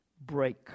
break